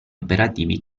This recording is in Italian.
operativi